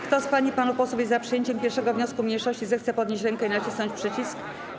Kto z pań i panów posłów jest za przyjęciem 1. wniosku mniejszości, zechce podnieść rękę i nacisnąć przycisk.